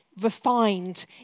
refined